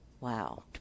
wow